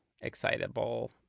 excitable